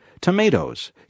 tomatoes